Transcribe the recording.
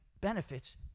benefits